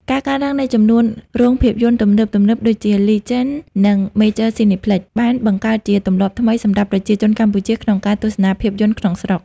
ការកើនឡើងនៃចំនួនរោងភាពយន្តទំនើបៗដូចជា Legend និង Major Cineplex បានបង្កើតជាទម្លាប់ថ្មីសម្រាប់ប្រជាជនកម្ពុជាក្នុងការទស្សនាភាពយន្តក្នុងស្រុក។